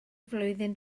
flwyddyn